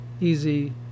easy